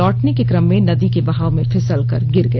लौटने के क्रम में नदी के बहाव में फिसल कर गिर गया